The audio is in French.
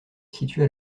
situé